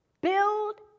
build